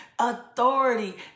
authority